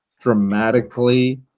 dramatically